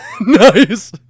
Nice